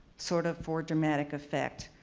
sort of, for dramatic effect?